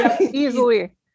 Easily